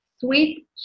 sweet